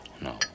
no